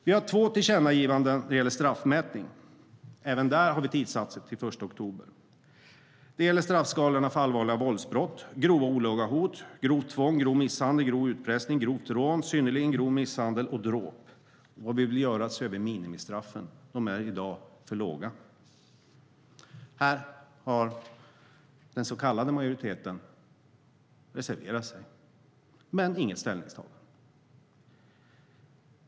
Vi har två tillkännagivanden när det gäller straffmätning. Även där har vi tidssatt det till den 1 oktober. Det gäller straffskalorna för allvarliga våldsbrott, grova olaga hot, grovt tvång, grov misshandel, grov utpressning, grovt rån, synnerligen grov misshandel och dråp. Vad vi vill göra är att se över minimistraffen, som i dag är för låga. Här har den så kallade majoriteten reserverat sig, men det finns inget ställningstagande.